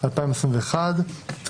31 בינואר 2022. אנחנו עוסקים בהצעת חוק